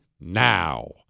now